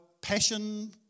passion